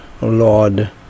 Lord